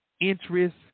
interest